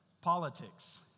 politics